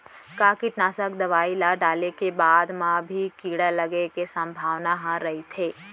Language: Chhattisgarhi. का कीटनाशक दवई ल डाले के बाद म भी कीड़ा लगे के संभावना ह रइथे?